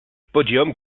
podium